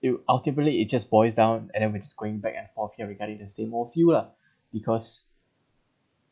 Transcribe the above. it'll ultimately it just boils down and we're just going back and forth regarding the same old few lah because